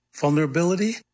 vulnerability